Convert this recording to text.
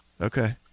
Okay